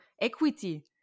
equity